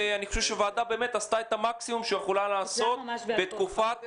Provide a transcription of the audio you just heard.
אני חושב שהוועדה באמת עשתה את המקסימום שהיא יכולה לעשות בתקופת מעבר,